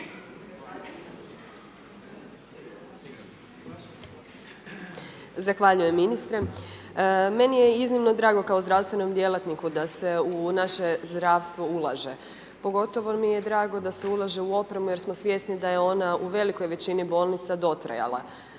Zahvaljujem ministre. Meni je iznimno drago kao zdravstvenom djelatniku da se u naše zdravstvo ulaže pogotovo mi je drago da se ulaže u opremu jer smo svjesni da je ona u velikoj većini bolnica dotrajala.